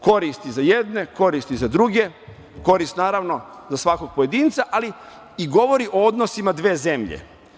Korist je i za jedne i za druge, korist je za svakog pojedinca, ali i govori o odnosima dve zemlje.